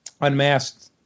Unmasked